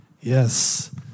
Yes